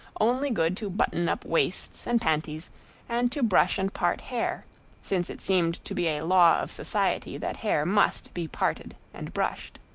only good to button up waists and panties and to brush and part hair since it seemed to be a law of society that hair must be parted and brushed.